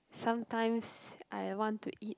sometimes I want to eat